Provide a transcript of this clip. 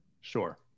sure